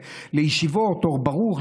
לאור ברוך,